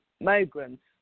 migrants